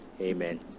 amen